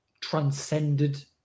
transcended